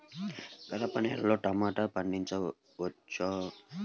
గరపనేలలో టమాటా పండించవచ్చా?